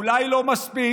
אולי לא מספיק,